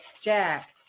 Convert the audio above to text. Jack